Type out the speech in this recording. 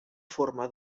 forma